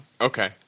Okay